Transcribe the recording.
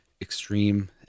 extreme